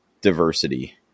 diversity